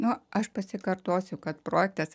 nu aš pasikartosiu kad projektas